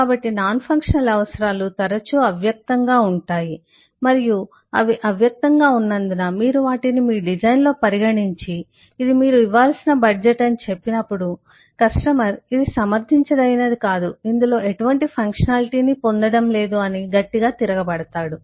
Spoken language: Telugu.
కాబట్టి నాన్ ఫంక్షనల్ అవసరాలు తరచూ అవ్యక్తంగా ఉంటాయి మరియు అవి అవ్యక్తంగా ఉన్నందున మీరు వాటిని మీ డిజైన్లో పరిగణించి ఇది మీరు ఇవ్వాల్సిన బడ్జెట్ అని చెప్పినప్పుడు కస్టమర్ ఇది సమర్థించదగినది కాదు ఇందులో ఎటువంటి ఫంక్షనాలిటీని పొందడం లేదు అని గట్టిగా తిరగడతాడు